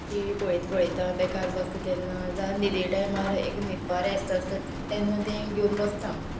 T V पळयता पळयता बेकार बसता तेन्ना जावं निदे टायमार एक न्हिदपा रेट आसता तेन्ना तें घेवन बसता हांव